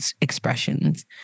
expressions